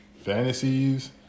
fantasies